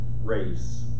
race